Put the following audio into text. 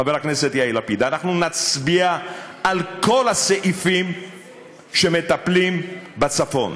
חבר הכנסת יאיר לפיד אנחנו נצביע על כל הסעיפים שמטפלים בצפון.